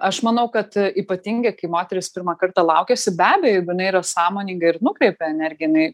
aš manau kad ypatingai kai moteris pirmą kartą laukiasi be abejo jeigu jinai yra sąmoninga ir nukreipia energiją jinai